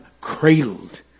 cradled